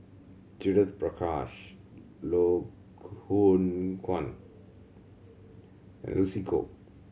Judith Prakash Loh Hoong Kwan and Lucy Koh